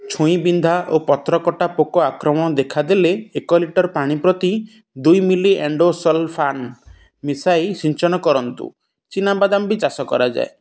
ଛୁଇଁ ବିନ୍ଧା ଓ ପତ୍ରକଟା ପୋକ ଆକ୍ରମଣ ଦେଖାଦେଲେ ଏକ ଲିଟର୍ ପାଣି ପ୍ରତି ଦୁଇ ମିଲି ଏଣ୍ଡୋସଲ୍ଫାନ୍ ମିଶାଇ ସିଞ୍ଚନ କରନ୍ତୁ ଚିନାବାଦାମ୍ ବି ଚାଷ କରାଯାଏ